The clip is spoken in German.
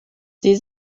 sie